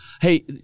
hey